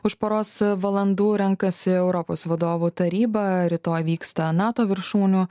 už poros valandų renkasi europos vadovų taryba rytoj vyksta nato viršūnių